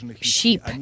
sheep